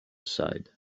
side